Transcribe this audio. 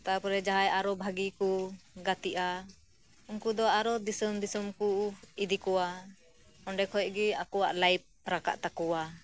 ᱛᱟ ᱯᱚᱨᱮ ᱟᱨᱚ ᱡᱟᱦᱟᱸᱭ ᱵᱷᱟᱜᱤ ᱠᱚ ᱜᱟᱛᱮᱜᱼᱟ ᱩᱝᱠᱩ ᱫᱚ ᱟᱨᱚ ᱫᱤᱥᱚᱢ ᱫᱤᱥᱚᱢ ᱠᱚ ᱤᱫᱤ ᱠᱚᱣᱟ ᱚᱸᱰᱮ ᱠᱷᱚᱡ ᱜᱮ ᱟᱠᱚᱣᱟᱜ ᱞᱟᱭᱤᱯᱷ ᱨᱟᱠᱟᱵ ᱛᱟᱠᱚᱣᱟ